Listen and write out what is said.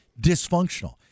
dysfunctional